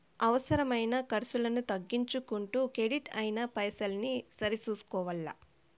అవసరమైన కర్సులను తగ్గించుకుంటూ కెడిట్ అయిన పైసల్ని సరి సూసుకోవల్ల